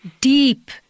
deep